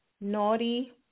Naughty